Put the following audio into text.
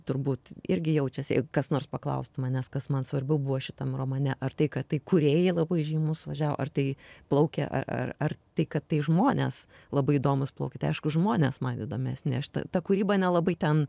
turbūt irgi jaučiasi jeigu kas nors paklaustų manęs kas man svarbiau buvo šitam romane ar tai kad kūrėjai labai įžymūs važiavo ar tai plaukia ar ar tai kad tai žmonės labai įdomūs plaukė tai aišku žmonės man įdomesni ta kūryba nelabai ten